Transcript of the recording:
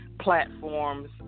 platforms